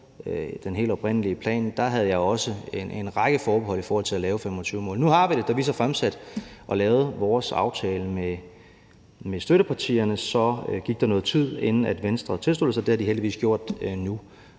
den helt oprindelige plan, havde jeg også en række forbehold i forhold til at lave 2025-målet. Nu har vi det så, og da vi lavede vores aftale med støttepartierne, gik der noget tid, inden Venstre tilsluttede sig, men det har de heldigvis gjort nu.